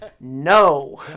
no